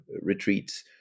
retreats